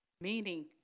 meaning